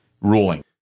ruling